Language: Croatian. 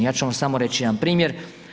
Ja ću vam samo reći jedan primjer.